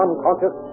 Unconscious